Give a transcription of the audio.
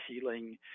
healing